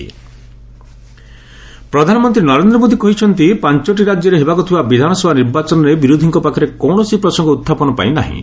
PM BJP workers ପ୍ରଧାନମନ୍ତ୍ରୀ ନରେନ୍ଦ୍ର ମୋଦି କହିଛନ୍ତି ପାଞ୍ଚଟି ରାଜ୍ୟରେ ହେବାକୁ ଥିବା ବିଧାନସଭା ନିର୍ବାଚନରେ ବିରୋଧୀଙ୍କ ପାଖରେ କୌଣସି ପ୍ରସଙ୍ଗ ଉତ୍ଥାପନ ପାଇଁ ନାହିଁ